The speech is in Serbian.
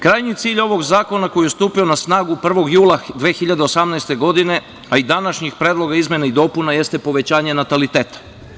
Krajnji cilj ovog zakona koji je stupio na snagu 1. jula 2018. godine, a i današnjih predloga izmena i dopuna jeste povećanje nataliteta.